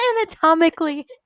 Anatomically